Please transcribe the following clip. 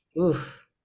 Oof